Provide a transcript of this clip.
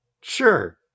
Sure